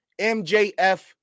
MJF